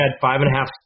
five-and-a-half